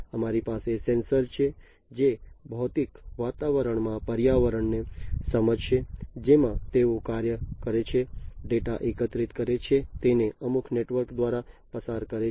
અમારી પાસે સેન્સર છે જે ભૌતિક વાતાવરણમાં પર્યાવરણને સમજશે જેમાં તેઓ કાર્ય કરે છે ડેટા એકત્રિત કરે છે તેને અમુક નેટવર્ક દ્વારા પસાર કરે છે